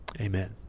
Amen